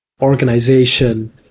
organization